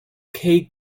key